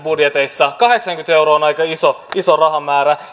budjeteissanne kahdeksankymmentä euroa on aika iso iso rahamäärä